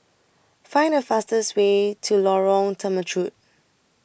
Find The fastest Way to Lorong Temechut